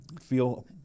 feel